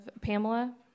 Pamela